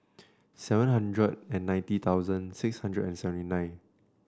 seven hundred and ninety thousand six hundred and seventy nine